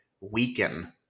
weaken